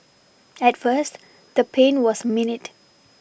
at first the pain was minute